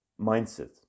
mindset